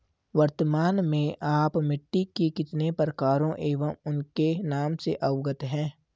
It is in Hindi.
वर्तमान में आप मिट्टी के कितने प्रकारों एवं उनके नाम से अवगत हैं?